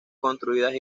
construidas